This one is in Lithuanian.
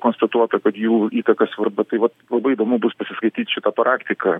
konstatuota kad jų įtaka svarba tai vat labai įdomu bus pasiskaityt šitą praktiką